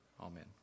Amen